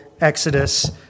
exodus